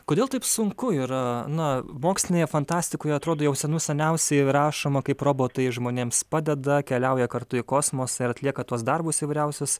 kodėl taip sunku yra na mokslinėje fantastikoje atrodo jau senų seniausiai rašoma kaip robotai žmonėms padeda keliauja kartu į kosmosą ir atlieka tuos darbus įvairiausius